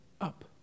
up